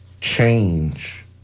change